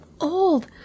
old